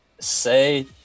say